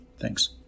Thanks